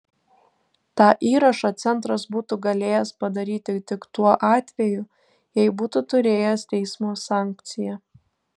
tą įrašą centras būtų galėjęs padaryti tik tuo atveju jei būtų turėjęs teismo sankciją